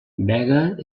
vega